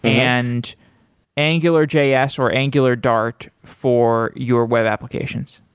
and angular js or angulardart for your web applications.